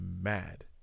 mad